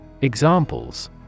Examples